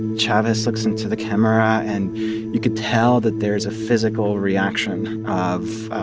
and chavez looks into the camera, and you could tell that there is a physical reaction of,